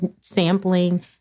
sampling